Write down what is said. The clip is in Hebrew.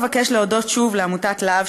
אבקש להודות שוב לעמותת לה"ב,